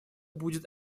будет